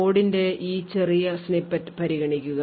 കോഡിന്റെ ഈ ചെറിയ snippet പരിഗണിക്കുക